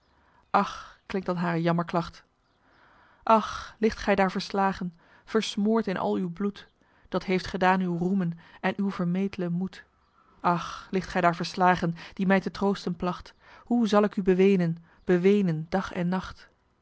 ach klinkt dan hare jammerklacht ach ligt gij daar verslagen versmoord in al uw bloed dat heeft gedaan uw roemen en uw vermeetle moed ach ligt gij daar verslagen die mij te troosten placht hoe zal ik u beweenen beweenen dag en nacht